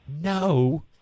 No